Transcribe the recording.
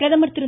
பிரதமர் திரு